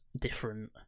different